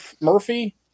Murphy